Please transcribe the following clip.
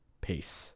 Peace